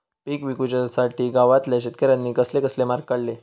पीक विकुच्यासाठी गावातल्या शेतकऱ्यांनी कसले कसले मार्ग काढले?